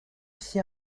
вся